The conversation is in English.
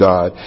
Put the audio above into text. God